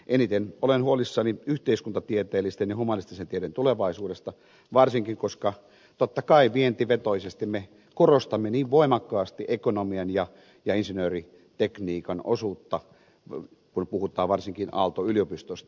eniten olen huolissani yhteiskuntatieteellisten ja humanististen tieteiden tulevaisuudesta varsinkin koska totta kai vientivetoisesti me korostamme niin voimakkaasti ekonomian ja insinööritekniikan osuutta kun puhutaan varsinkin aalto yliopistosta